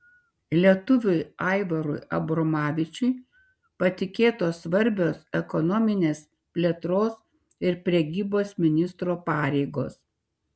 lietuviui aivarui abromavičiui patikėtos svarbios ekonominės plėtros ir prekybos ministro pareigos